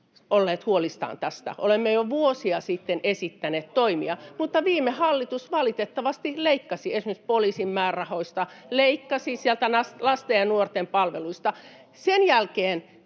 olleet huolissamme tästä”, ”olemme jo vuosia sitten esittäneet toimia”. Viime hallitus valitettavasti leikkasi esimerkiksi poliisin määrärahoista, leikkasi sieltä lasten ja nuorten palveluista. Sen jälkeen,